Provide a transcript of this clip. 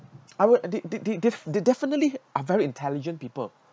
I will they they they they definitely are very intelligent people